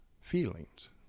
feelings